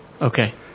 Okay